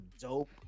dope